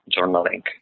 journaling